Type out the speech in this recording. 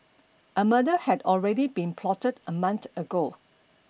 a murder had already been plotted a month ago